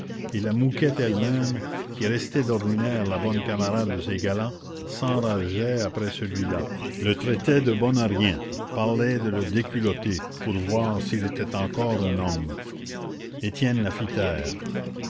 et la mouquette elle-même qui restait d'ordinaire la bonne camarade de ses galants s'enrageait après celui-là le traitait de bon à rien parlait de le déculotter pour voir s'il était encore un homme étienne la fit